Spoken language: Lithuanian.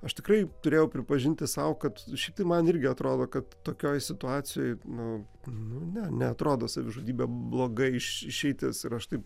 aš tikrai turėjau pripažinti sau kad šitai man irgi atrodo kad tokioj situacijoj nu nu ne neatrodo savižudybė bloga išeitis ir aš taip